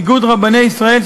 איגוד רבני ישראל,